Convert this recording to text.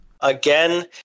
Again